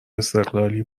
استقلالی